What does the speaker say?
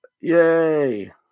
Yay